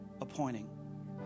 appointing